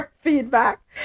feedback